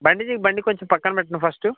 బండి తీయి బండి కొంచెం పక్కన పెట్టండి ఫస్టు